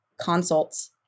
consults